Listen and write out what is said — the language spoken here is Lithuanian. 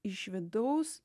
iš vidaus